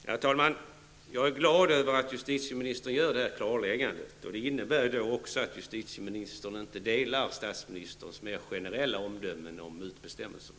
Herr talman! Jag är glad över att justitieministern gör detta klarläggande. Det innebär också att justitieministern inte delar statsministerns mer generella omdömen om mutbestämmelserna.